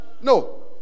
No